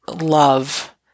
love